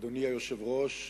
אדוני היושב-ראש,